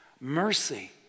mercy